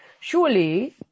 Surely